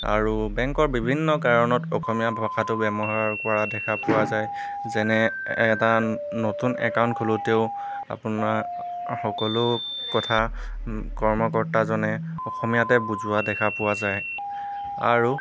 আৰু বেংকৰ বিভিন্ন কাৰণত অসমীয়া ভাষাটো ব্যৱহাৰ কৰা দেখা পোৱা যায় যেনে এটা নতুন একাউণ্ট খোলোঁতেও আপোনাৰ সকলো কথা কৰ্মকৰ্তাজনে অসমীয়াতে বুজোৱা দেখা পোৱা যায় আৰু